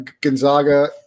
Gonzaga –